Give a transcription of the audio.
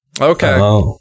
Okay